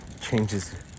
changes